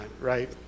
right